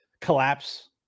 collapse